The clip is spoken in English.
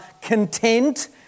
content